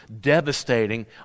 Devastating